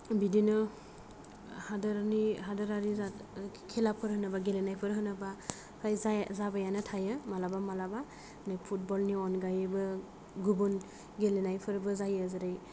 बिदिनो हादोरनि हादोरारि खेलाफोर होनोब्ला गेलेनायफोर होनोब्ला फ्राय जाबायानो थायो मालाबा मालाबा बे फुटबलनि अनगायैबो गुबुन गेलेनायफोरबो जायो जेरै